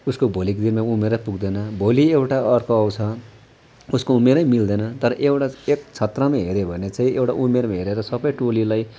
उसको भेलिको दिनमा उमेरै पुग्दैन भोलि एउटा अर्को आउँछ उसको उमेरै मिल्दैन तर एउटा एक छत्रमा हेर्यौँ भने चाहिँ एउटा उमेरमा हेरेर सबै टोलीलाई